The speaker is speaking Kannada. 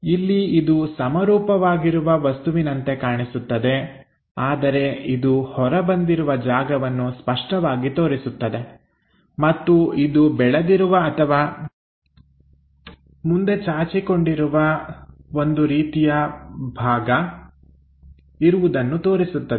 ಇಲ್ಲಿ ಇದು ಸಮರೂಪವಾಗಿರುವ ವಸ್ತುವಿನಂತೆ ಕಾಣಿಸುತ್ತದೆ ಆದರೆ ಇದು ಹೊರ ಬಂದಿರುವ ಜಾಗವನ್ನು ಸ್ಪಷ್ಟವಾಗಿ ತೋರಿಸುತ್ತದೆ ಮತ್ತು ಇದು ಬೆಳೆದಿರುವ ಅಥವಾ ಚಾಚಿಕೊಂಡಿರುವ ಮುಂದೆ ಬಂದಿರುವ ರೀತಿಯ ಒಂದು ಭಾಗ ಇರುವುದನ್ನು ತೋರಿಸುತ್ತವೆ